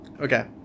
Okay